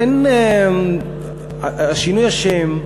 שינוי השם,